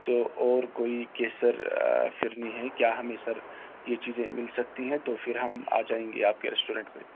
تو اور کوئی کیسر فرنی ہے کیا ہمیں سر یہ چیزیں مل سکتی ہیں تو پھر ہم آ جائیں گے آپ کے ریسٹورنٹ پہ